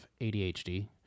ADHD